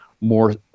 more